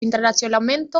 internacionalmente